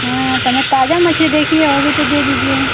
हाँ तो मैं ताज़ा मछली देखी है और भी तो दे दीजिए